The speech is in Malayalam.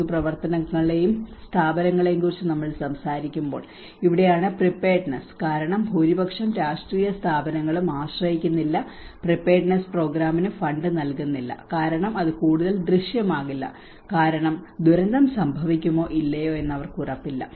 പൊതു പ്രവർത്തനങ്ങളെയും സ്ഥാപനങ്ങളെയും കുറിച്ച് നമ്മൾ സംസാരിക്കുമ്പോൾ ഇവിടെയാണ് പ്രീപയേർഡ്നെസ്സ് കാരണം ഭൂരിപക്ഷം രാഷ്ട്രീയ സ്ഥാപനങ്ങളും ആശ്രയിക്കുന്നില്ല പ്രീപയേർഡ്നെസ്സ് പ്രോഗ്രാമിന് ഫണ്ട് നൽകുന്നില്ല കാരണം അത് കൂടുതൽ ദൃശ്യമാകില്ല കാരണം ദുരന്തം സംഭവിക്കുമോ ഇല്ലയോ എന്ന് അവർക്ക് ഉറപ്പില്ല